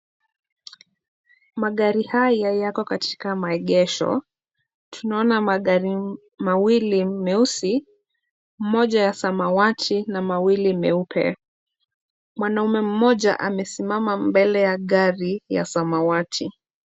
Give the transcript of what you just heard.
Magari haya yako katika maegesho. Tunaona magari mawili meusi, moja ya samawati na mawili meupe. Mwanaume mmoja amesimama mbele ya gari ya samawati.